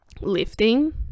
lifting